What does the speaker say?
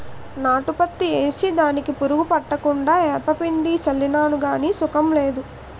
నాటు పత్తి ఏసి దానికి పురుగు పట్టకుండా ఏపపిండి సళ్ళినాను గాని సుకం లేదు